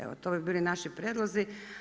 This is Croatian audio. Evo to bi bili naši prijedlozi.